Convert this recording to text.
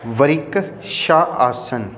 ਵਰੀਕ ਸ਼ਾਹ ਆਸਨ